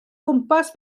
gwmpas